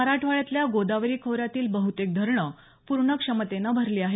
मराठवाड्यातल्या गोदावरी खोऱ्यातली बहतेक धरणं पूर्ण क्षमतेनं भरली आहेत